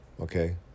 okay